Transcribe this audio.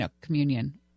communion